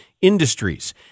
industries